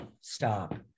stop